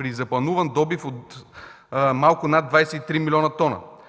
при заплануван добив от малко над 23 млн. т.